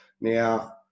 Now